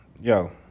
Yo